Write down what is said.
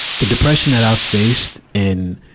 the depression that i faced in,